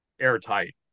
airtight